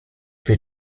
wir